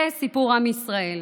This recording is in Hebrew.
זה סיפור עם ישראל.